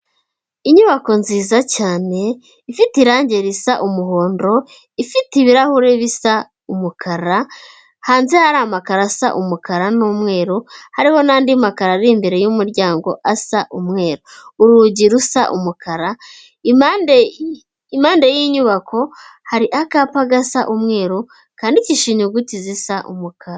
Inyubako nziza cyane ifite irangi risa umuhondo, ifite ibirahure bisa umukara, hanze hari amakaro asa umukara n'umweru hariho n'andi makaro ari imbere y'umuryango asa umweru, urugi rusa umukara impande y'iyi nyubako hari akapa gasa umweru kandikishe inyuguti zisa umukara.